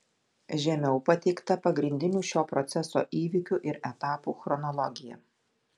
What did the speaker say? žemiau pateikta pagrindinių šio proceso įvykių ir etapų chronologija